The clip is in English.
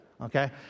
Okay